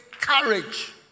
courage